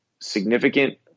significant